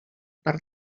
per